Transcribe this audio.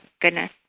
goodness